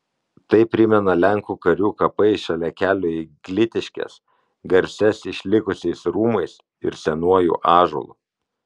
tai primena lenkų karių kapai šalia kelio į glitiškes garsias išlikusiais rūmais ir senuoju ąžuolu